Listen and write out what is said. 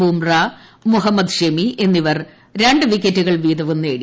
ബുംറ മുഹമ്മദ് ഷെമി എന്നിവർ രണ്ട് വിക്കറ്റുകൾ വീതവും നേടി